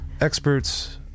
experts